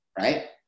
Right